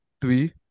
three